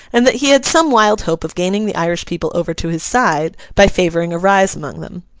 and that he had some wild hope of gaining the irish people over to his side by favouring a rise among them.